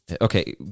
Okay